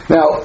Now